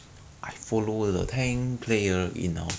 mm normally should be tank or like got flame [one]